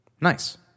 Nice